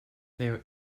there